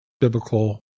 biblical